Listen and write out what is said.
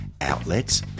outlets